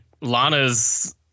Lana's